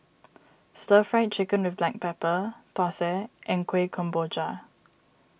Stir Fried Chicken with Black Pepper Thosai and Kuih Kemboja